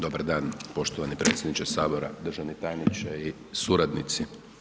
Dobar dan poštovani predsjedniče HS, državni tajniče i suradnici.